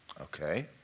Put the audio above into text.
Okay